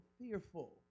fearful